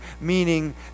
meaning